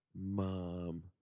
Mom